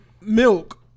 milk